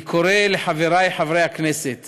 אני קורא לחברי חברי הכנסת